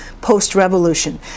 post-revolution